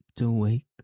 awake